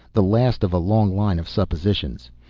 the last of a long line of suppositions.